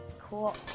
Cool